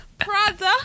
Prada